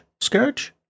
Scourge